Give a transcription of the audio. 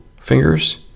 fingers